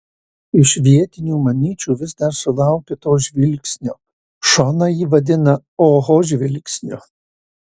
iš vietinių mamyčių vis dar sulaukiu to žvilgsnio šona jį vadina oho žvilgsniu